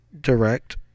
direct